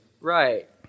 Right